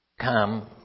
come